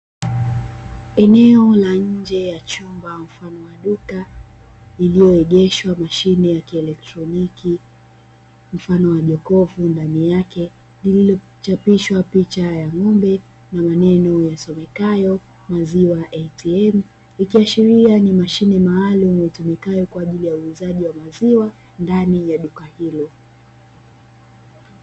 Eneo la nje ya chumba mfano wa duka iliyoegeshwa mashine ya kielektroniki mfano wa jokofu ndani yake lililochapishwa picha ya ng'ombe na maneno yasomekayo maziwa atm ikiasharia ni mashine maalumu itumikayo kwa ajili ya uuzaji wa maziwa ndani ya duka hilo.